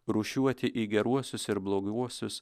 rūšiuoti į geruosius ir bloguosius